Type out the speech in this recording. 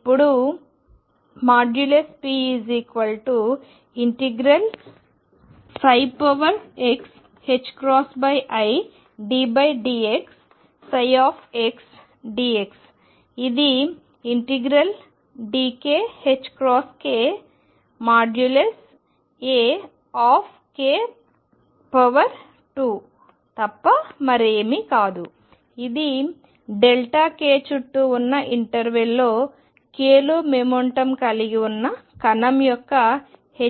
ఇప్పుడు ⟨p⟩ ∫xiddx ψx dx ఇది ∫dk ℏk Ak2 తప్ప మరేమీ కాదు ఇది k చుట్టూ ఉన్న ఇంటర్వెల్ kలో మొమెంటం కలిగి ఉన్న కణం యొక్క